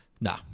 Nah